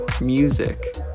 music